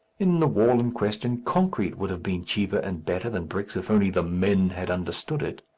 in the wall in question, concrete would have been cheaper and better than bricks if only the men had understood it.